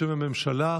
בשם הממשלה,